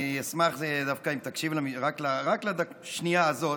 אני אשמח דווקא אם תקשיב רק לשנייה הזאת.